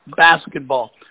basketball